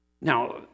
now